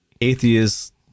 atheist